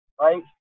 Right